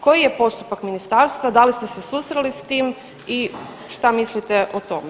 Koji je postupak ministarstva, da li ste se susreli s tim i šta mislite o tome?